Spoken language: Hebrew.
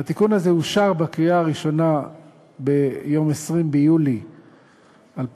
והתיקון הזה אושר בקריאה הראשונה ביום 20 ביולי 2015,